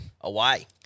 away